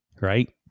right